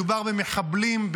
מדובר במחבלים,